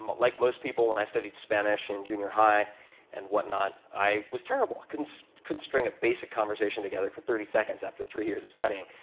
but like most people, when i studied spanish in junior high and whatnot, i was terrible. i so couldn't string a basic conversation together for thirty seconds after three years of studying.